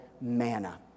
manna